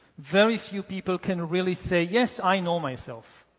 very few people can really say yes, i know myself.